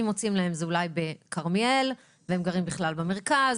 אם מוצאים להם זה אולי בכרמיאל כשהם גרים בכלל במרכז